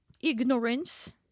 ignorance